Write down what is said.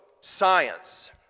science